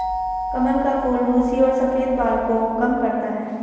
कमल का फूल रुसी और सफ़ेद बाल को कम करता है